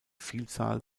vielzahl